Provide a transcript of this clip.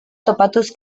topatuz